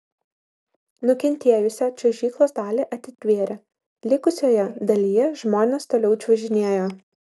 nukentėjusią čiuožyklos dalį atitvėrė likusioje dalyje žmonės toliau čiuožinėjo